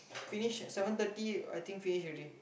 finish seven thirty I think finish already